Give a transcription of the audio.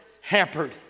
hampered